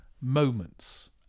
moments